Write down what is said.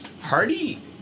Hardy